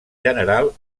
general